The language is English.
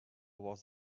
was